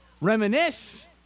reminisce